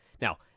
Now